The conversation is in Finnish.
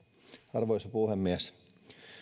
arvoisa puhemies